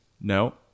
No